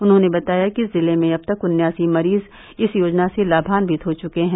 उन्होंने बताया कि जिले में अब तक उन्नयासी मरीज इस योजना से लाभान्यित हो चुके हैं